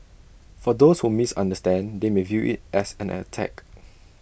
for those who misunderstand they may view IT as an attack